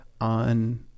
on